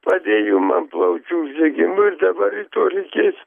padėjo man plaučių uždegimu ir dabar rytoj reikės